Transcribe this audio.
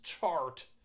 chart